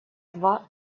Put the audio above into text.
два